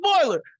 spoiler